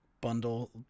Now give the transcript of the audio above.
bundle